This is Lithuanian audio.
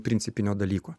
principinio dalyko